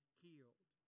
healed